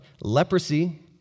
leprosy